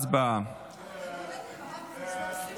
סעיפים